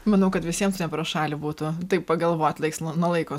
manau kad visiems ne pro šalį būtų taip pagalvot laiks nuo laiko